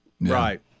Right